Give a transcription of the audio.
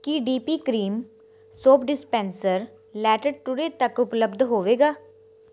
ਕੀ D P cream soap dispenser later today ਤੱਕ ਉਪਲੱਬਧ ਹੋਵੇਗਾ